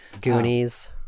Goonies